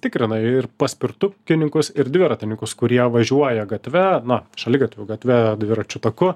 tikrina ir paspirtukininkus ir dviratininkus kurie važiuoja gatve na šaligatviu gatve dviračių taku